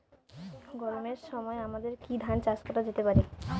গরমের সময় আমাদের কি ধান চাষ করা যেতে পারি?